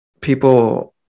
people